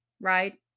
right